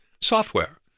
software